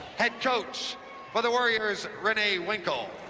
head coach for the warriors renee winkel